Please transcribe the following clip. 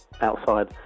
outside